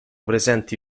presenti